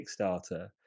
Kickstarter